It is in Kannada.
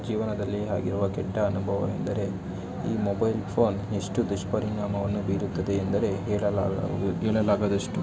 ಜೀವನದಲ್ಲಿ ಆಗಿರುವ ಕೆಟ್ಟ ಅನುಭವ ಎಂದರೆ ಈ ಮೊಬೈಲ್ ಫೋನ್ ಎಷ್ಟು ದುಷ್ಪರಿಣಾಮವನ್ನು ಬೀರುತ್ತದೆ ಎಂದರೆ ಹೇಳಲಾಗ ಹೇಳಲಾಗದಷ್ಟು